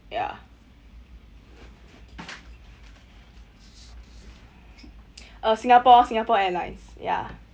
ya uh singapore singapore airlines ya